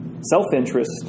Self-interest